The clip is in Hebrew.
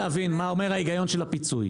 צריך להבין מה אומר ההיגיון של הפיצוי.